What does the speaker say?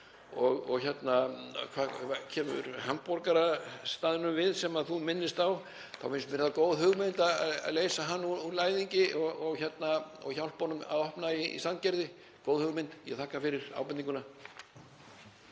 brauð. Hvað kemur hamborgarastaðnum við sem þú minnist á þá finnst mér það góð hugmynd að leysa hann úr læðingi og hjálpa honum að opna í Sandgerði. Góð hugmynd, ég þakka fyrir ábendinguna.